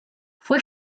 fue